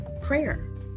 prayer